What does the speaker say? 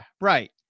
right